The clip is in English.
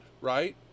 right